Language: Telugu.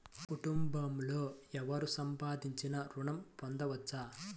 కుటుంబంలో ఎవరు సంపాదించినా ఋణం పొందవచ్చా?